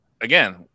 again